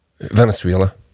Venezuela